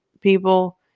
people